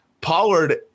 Pollard